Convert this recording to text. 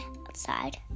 outside